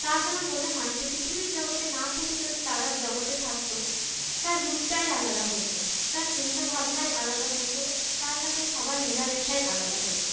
তার যেন মনে হয় সে পৃথিবীর জগতে না থেকে যদি তারার জগতে থাকত তার রূপটাই আলাদা হত তার চিন্তাভাবনাই আলাদা হত তার সাথে সবার মেলামেশাই আলাদা হত